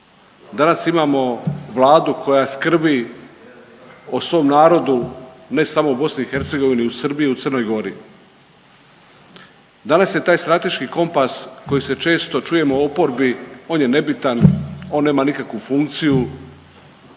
danas imamo Vladu koja skrbi o svom narodu, ne samo u BiH i u Srbiji i u Crnoj Gori. Danas je taj Strateški kompas koji se često čujemo u oporbi, on je nebitan, on nema nikakvu funkciju,